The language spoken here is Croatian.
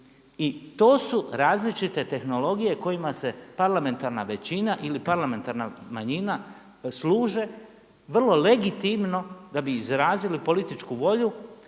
I to su različite tehnologije kojima se parlamentarna većina ili parlamentarna manjina služe vrlo legitimno da bi izrazile političku volju,